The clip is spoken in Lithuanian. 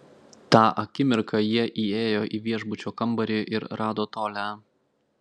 tą akimirką jie įėjo į viešbučio kambarį ir rado tolią